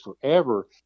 forever